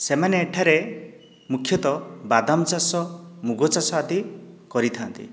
ସେମାନେ ଏଠାରେ ମୁଖ୍ୟତଃ ବାଦାମ ଚାଷ ମୁଗ ଚାଷ ଆଦି କରିଥାନ୍ତି